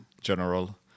general